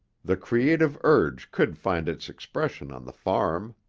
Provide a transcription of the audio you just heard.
the creative urge could find its expression on the farm.